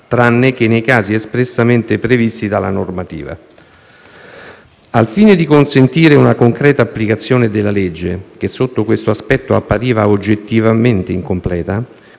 tranne che nei casi espressamente previsti dalla normativa. Al fine di consentire una concreta applicazione della legge - che sotto questo aspetto appariva oggettivamente incompleta